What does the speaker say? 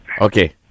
Okay